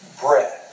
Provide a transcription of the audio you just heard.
bread